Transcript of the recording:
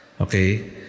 Okay